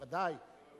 בוודאי.